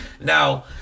Now